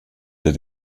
der